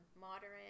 moderate